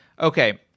Okay